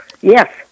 Yes